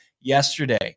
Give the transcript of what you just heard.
yesterday